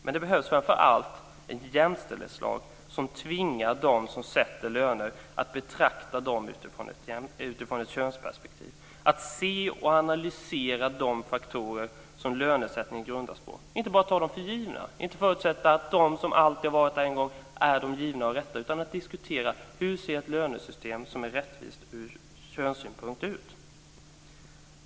Men det behövs framför allt en jämställdhetslag som tvingar dem som sätter löner att betrakta lönerna utifrån ett könsperspektiv och att se och analysera de faktorer som lönesättningen grundas på, inte bara ta dem för givna och förutsätta att det som alltid har gällt är det givna och rätta utan att diskutera hur ett lönesystem som är rättvist ur könssynpunkt ser ut.